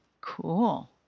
Cool